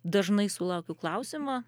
dažnai sulaukiu klausimo